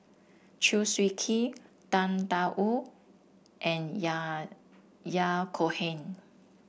Chew Swee Kee Tang Da Wu and Yahya Cohen